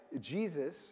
Jesus